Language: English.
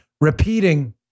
repeating